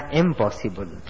impossible